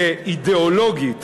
כאידיאולוגית,